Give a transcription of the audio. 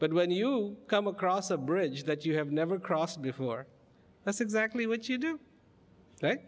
but when you come across a bridge that you have never crossed before that's exactly what you do